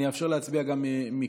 אני אאפשר להצביע גם מכאן.